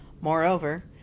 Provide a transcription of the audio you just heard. Moreover